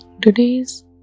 today's